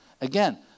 Again